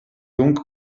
donc